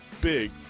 big